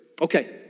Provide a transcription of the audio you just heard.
Okay